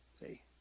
See